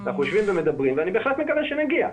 אנחנו יושבים ומדברים ואני בהחלט מקווה שנגיע.